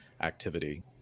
activity